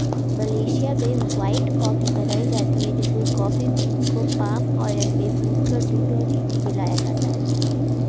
Malaysia में white coffee बनाई जाती है जिसमें कॉफी बींस को पाम आयल में भूनकर दूध और चीनी मिलाया जाता है